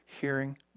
hearing